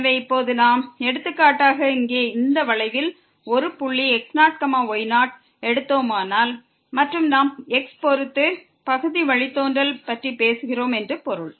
எனவே இப்போது நாம் எடுத்துக்காட்டாக இங்கே இந்த வளைவில் ஒரு புள்ளி x0 y0 எடுத்தோமானால் மற்றும் நாம் x பொறுத்து பகுதி வழித்தோன்றல் பற்றி பேசுகிறோம் என்று பொருள்